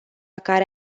care